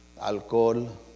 Alcohol